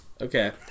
Okay